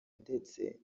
ndetse